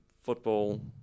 football